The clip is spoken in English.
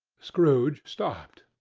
scrooge stopped.